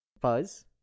Fuzz